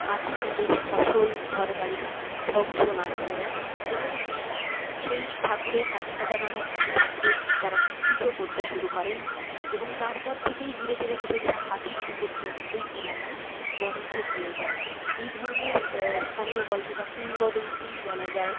হাতি তাদের ফসল ঘর বাড়ি ধ্বংস না করে দেয় এবং সেই ঠাকুরের হাতিখেদা নামে এক ঠাকুরের তারা পুজো করতে শুরু করেন এবং তারপর থেকেই ধীরে ধীরে ধীরে ধীরে হাতির উপদ্রব ওই এলাকায় বন্ধ হয়ে যায় এই ধরনের স্থানীয় গল্প বা কিংবদন্তিই বলা যায়